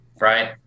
Right